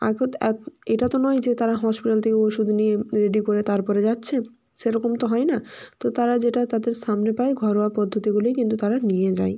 এখন তো এক এটা তো নয় যে তারা হসপিটাল থেকে ওষুধ নিয়ে রেডি করে তারপরে যাচ্ছে সেরকম তো হয় না তো তারা যেটা তাদের সামনে পায় ঘরোয়া পদ্ধতিগুলোই কিন্তু তারা নিয়ে যায়